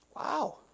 Wow